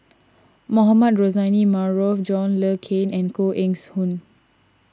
Mohamed Rozani Maarof John Le Cain and Koh Eng's Hoon